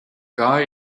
guy